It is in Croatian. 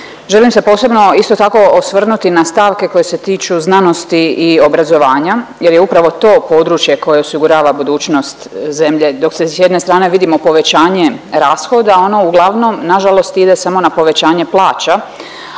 Želim se posebno isto tako osvrnuti na stavke koje se tiču znanosti i obrazovanja jer je upravo to područje koje osigurava budućnost zemlje. Dok s jedne strane vidimo povećanje rashoda ono uglavnom nažalost ide samo na povećanje plaća,